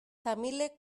tamilek